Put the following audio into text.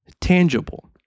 tangible